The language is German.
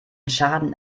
schaden